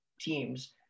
teams